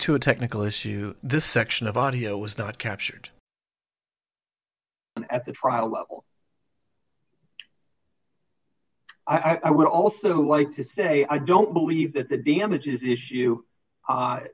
to a technical issue the section of audio was not captured at the trial level i would also like to say i don't believe that the damages issue